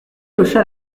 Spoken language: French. hocha